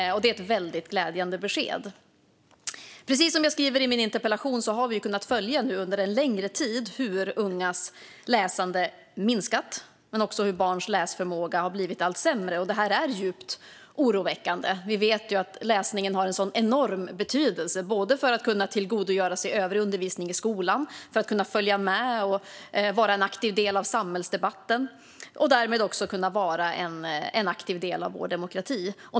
Det är ett glädjande besked. Precis som jag skrev i min interpellation har vi under en längre tid kunnat följa hur ungas läsande minskat och hur barns läsförmåga har blivit allt sämre. Det är djupt oroväckande. Vi vet att läsningen har en sådan enorm betydelse för att tillgodogöra sig övrig undervisning i skolan, för att följa med och vara en aktiv del av samhällsdebatten och därmed för att vara en aktiv del av vår demokrati.